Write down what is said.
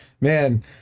man